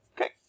Okay